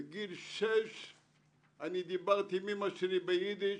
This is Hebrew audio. בגיל 6 דיברתי עם אימא שלי ביידיש,